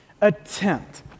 attempt